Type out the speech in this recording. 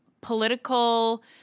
political